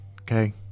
Okay